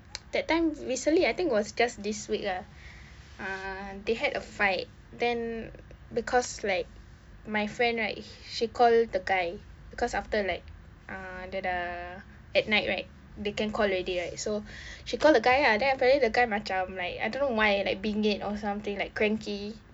that time recently I think was just this week lah uh they had a fight then because like my friend right she called the guy because after like uh dia dah at night right they can call already right so she call the guy ah then apparently the guy macam like I don't know why like bingit or something like cranky